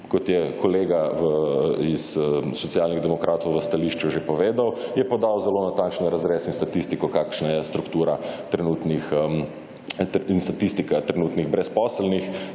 Kot je kolega iz Socialnih demokratov v stališču že povedal, je podal zelo natančen razrez in statistiko, kakšna je struktura in statistika trenutnih brezposelnih,